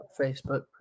Facebook